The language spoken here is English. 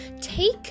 take